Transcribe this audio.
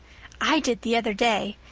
i did, the other day.